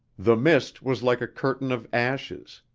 the mist was like a curtain of ashes,